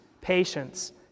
patience